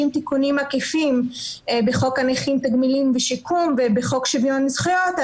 תיקונים עקיפים בחוק הנכים תגמולים ושיקום ובחוק שוויון זכויות,